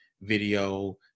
video